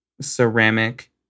ceramic